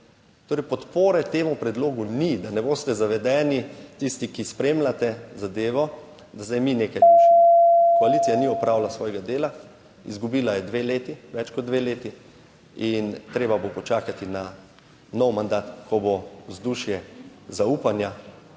Torej podpore temu predlogu ni, da ne boste zavedeni tisti, ki spremljate zadevo, da zdaj mi rušimo. Koalicija ni opravila svojega dela, izgubila je dve leti, več kot dve leti in treba bo počakati na nov mandat, ko bo vzdušje zaupanja